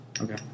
Okay